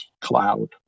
cloud